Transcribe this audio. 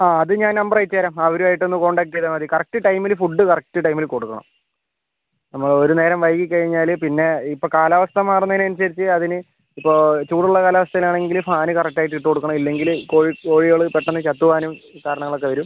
ആ അത് ഞാൻ നമ്പർ അയച്ചുതരാം അവരും ആയിട്ട് ഒന്ന് കോൺടാക്ട് ചെയ്താൽ മതി കറക്റ്റ് ടൈമിൽ ഫുഡ്ഡ് കറക്റ്റ് ടൈമിൽ കൊടുക്കണം നമ്മൾ ഒരു നേരം വൈകി കഴിഞ്ഞാൽ പിന്നെ ഇപ്പം കാലാവസ്ഥ മാറുന്നതിന് അനുസരിച്ച് അതിന് ഇപ്പം ചൂടുള്ള കാലാവസ്ഥയിൽ ആണെങ്കിൽ ഫാൻ കറക്റ്റ് ആയിട്ട് ഇട്ട് കൊടുക്കണം ഇല്ലെങ്കിൽ കോഴി കോഴികൾ പെട്ടെന്ന് ചത്ത് പോവാനും കാരങ്ങങ്ങൾ ഒക്കെ വരും